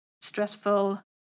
stressful